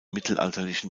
mittelalterlichen